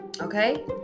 Okay